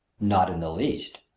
not in the least,